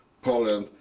poland,